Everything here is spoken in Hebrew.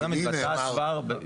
העבודה מתבצעת כבר,